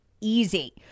Easy